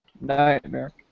Nightmare